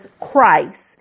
Christ